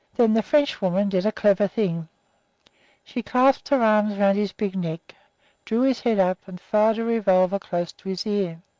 then the frenchwoman did a clever thing she clasped her arms around his big neck, drew his head up, and fired her revolver close to his ear.